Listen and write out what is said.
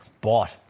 bought